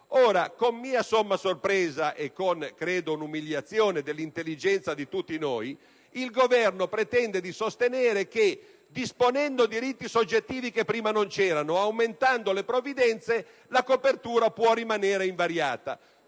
Con mia somma sorpresa, e - credo - con l'umiliazione dell'intelligenza di tutti noi, il Governo pretende di sostenere che, pur disponendo diritti soggettivi che prima non c'erano e aumentando le provvidenze, la copertura può rimanere invariata.